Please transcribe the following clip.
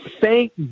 Thank